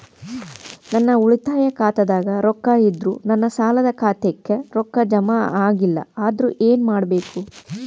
ನನ್ನ ಉಳಿತಾಯ ಖಾತಾದಾಗ ರೊಕ್ಕ ಇದ್ದರೂ ನನ್ನ ಸಾಲದು ಖಾತೆಕ್ಕ ರೊಕ್ಕ ಜಮ ಆಗ್ಲಿಲ್ಲ ಅಂದ್ರ ಏನು ಮಾಡಬೇಕು?